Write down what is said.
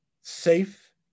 safe